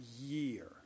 year